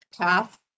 path